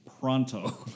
pronto